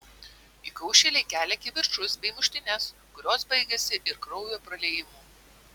įkaušėliai kelia kivirčus bei muštynes kurios baigiasi ir kraujo praliejimu